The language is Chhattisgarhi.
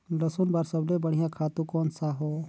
लसुन बार सबले बढ़िया खातु कोन सा हो?